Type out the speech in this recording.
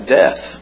death